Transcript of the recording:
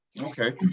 okay